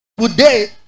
today